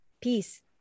peace